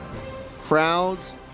crowds